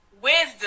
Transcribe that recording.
wisdom